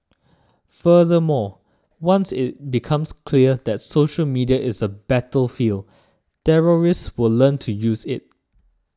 furthermore once it becomes clear that social media is a battlefield terrorists will learn to use it